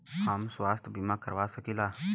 हम स्वास्थ्य बीमा करवा सकी ला?